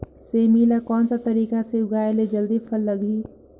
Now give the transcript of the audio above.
सेमी ला कोन सा तरीका से लगाय ले जल्दी फल लगही?